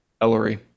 Ellery